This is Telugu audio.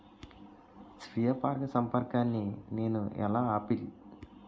స్వీయ పరాగసంపర్కాన్ని నేను ఎలా ఆపిల్?